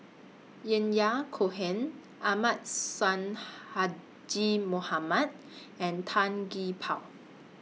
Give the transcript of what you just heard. Yahya Cohen Ahmad Sonhadji Mohamad and Tan Gee Paw